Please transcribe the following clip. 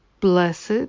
blessed